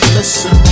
listen